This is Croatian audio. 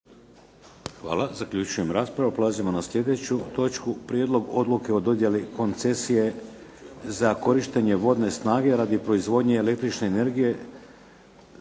Vladimir (HDZ)** Prelazimo na sljedeću točku - Prijedlog odluke o dodjeli koncesije za korištenje vodne snage radi proizvodnje električne energije